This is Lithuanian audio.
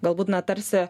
galbūt na tarsi